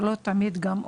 גם זה לא תמיד עובד.